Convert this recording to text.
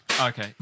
Okay